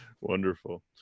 Wonderful